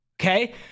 okay